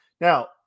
Now